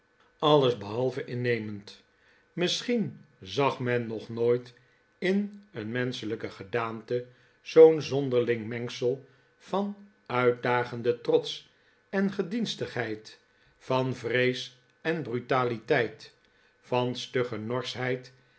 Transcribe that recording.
alles behalve innemend misschien zag men nog nooit in een menschelijke gedaante zoo'n zonderling mengsel van uitdagenden trots en gedienstigheid van vrees en brutaliteit van stugge